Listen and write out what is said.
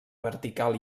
vertical